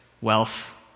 wealth